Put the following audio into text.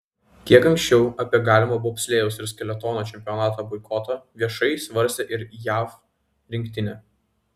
kiek anksčiau apie galimą bobslėjaus ir skeletono čempionato boikotą viešai svarstė ir jav rinktinė